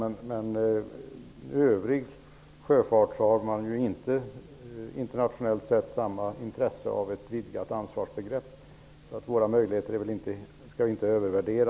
När det gäller övrig sjöfart har man inte internationellt sett samma intresse av ett vidgat ansvarsbegrepp, så våra möjligheter skall inte övervärderas.